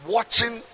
Watching